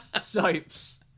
soaps